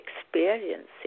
experiencing